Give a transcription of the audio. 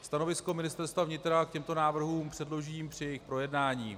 Stanovisko Ministerstva vnitra k těmto návrhům předložím při jejich projednání.